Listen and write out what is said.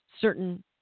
certain